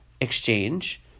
exchange